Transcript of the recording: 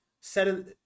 set